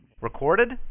Recorded